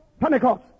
Pentecost